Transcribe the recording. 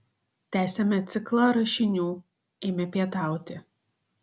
tęsiame ciklą rašinių eime pietauti